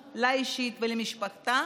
חשוב, לה אישית ולמשפחתה,